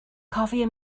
cofia